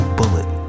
bullet